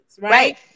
Right